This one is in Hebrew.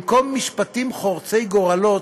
במקום משפטים חורצי גורלות,